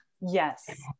Yes